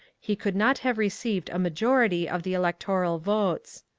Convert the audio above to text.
he could not have received a majority of the electoral votes.